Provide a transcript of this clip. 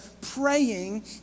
praying